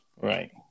Right